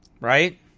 Right